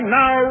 now